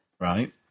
Right